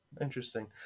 interesting